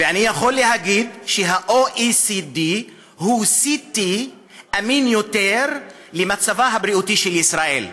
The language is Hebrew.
ואני יכול להגיד שה-OECD הוא CT אמין יותר למצבה הבריאותי של ישראל,